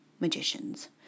magicians